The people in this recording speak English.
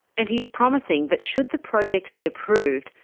and he's promising that should the project be approved,